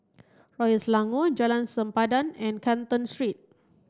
Royal Selangor Jalan Sempadan and Canton Street